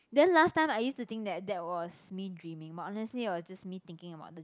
then last time I used to think that that was me dreaming but honestly it was just me thinking about the